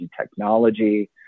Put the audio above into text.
technology